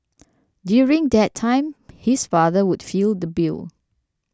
during that time his father would feel the bill